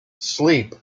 sleep